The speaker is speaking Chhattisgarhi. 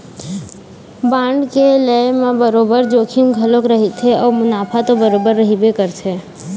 बांड के लेय म बरोबर जोखिम घलोक रहिथे अउ मुनाफा तो बरोबर रहिबे करथे